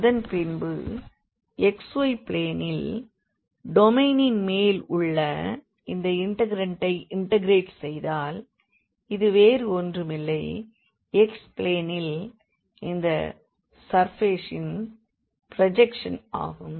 அதன்பின்பு xy பிளேனில் டொமைனின் மேல் இந்த இண்டெக்ரண்ட்டை இண்டெக்ரெட் செய்தால் இது வேறு ஒன்றுமில்லை xy பிளேனில் அந்த சர்ஃபேசின் ப்ரோஜெக்ஷன் ஆகும்